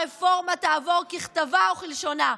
הרפורמה תעבור ככתבה וכלשונה,